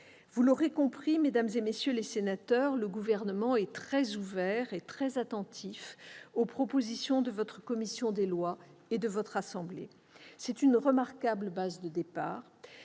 Vous l'aurez compris, mesdames, messieurs les sénateurs, le Gouvernement est très ouvert et très attentif aux propositions de votre commission des lois et de votre assemblée. C'est une remarquable base de départ,